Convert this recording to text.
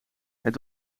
het